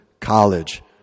college